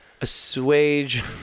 assuage